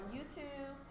YouTube